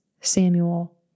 Samuel